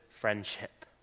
friendship